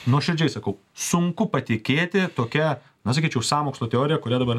nuoširdžiai sakau sunku patikėti tokia na sakyčiau sąmokslo teorija kurią dabar